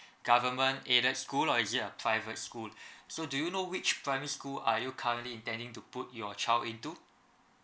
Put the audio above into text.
government aided school or is it a private school so do you know which primary school are you currently intending to put your child into